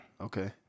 Okay